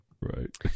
right